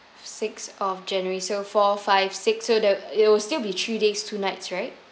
sixth of january so four five six so the it'll still be three days two nights right